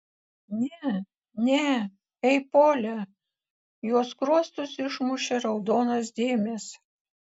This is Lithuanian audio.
ne ne ei pole jos skruostus išmušė raudonos dėmės